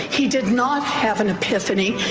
he did not have an epiphany.